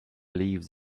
leaves